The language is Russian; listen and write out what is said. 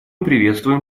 приветствуем